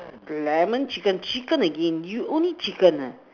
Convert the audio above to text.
lemon chicken chicken again you only chicken uh